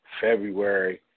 February